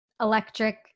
Electric